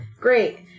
Great